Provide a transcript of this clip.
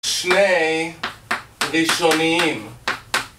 שני ראשוניים